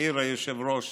העיר היושב-ראש